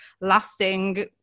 lasting